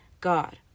God